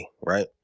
right